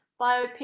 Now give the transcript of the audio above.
biopic